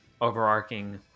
overarching